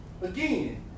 again